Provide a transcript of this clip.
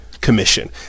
commission